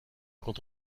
quand